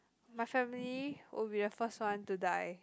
my family will be the first one to die